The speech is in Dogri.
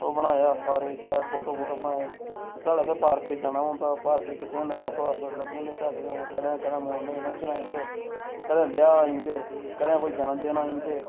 ओह् बनाया सारे शैल फोटो फोटो बनाए फ्ही साढ़े आस्तै पार्के जाना पौंदा पार्क च खिच्चने होन्ने फोटो अस लग्गी जंदे ध्या़ड़ी कदें कदें मुन्नने दे फंक्शन आई जंदे कदें ब्याह् आई जंदे कदें कोई जनम दिन आई जंदे